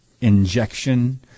injection